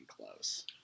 close